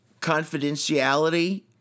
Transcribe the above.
confidentiality